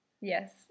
Yes